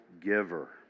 giver